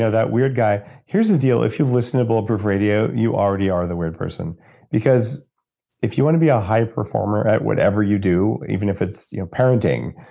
ah that weird guy. here's the deal. if you listen to bulletproof radio, you already are the weird person because if you want to be a high performer at whatever you do, even if it's you know parenting,